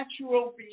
natural